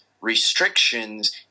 restrictions